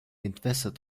entwässert